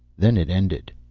then it ended.